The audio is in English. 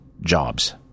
jobs